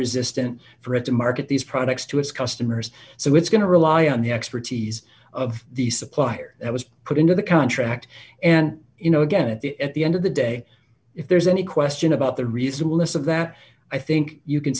resistant for it to market these products to its customers so it's going to rely on the expertise of the supplier that was put into the contract and you know again at the at the end of the day if there's any question about a reasonable list of that i think you can